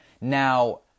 Now